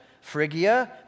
Phrygia